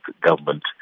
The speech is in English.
government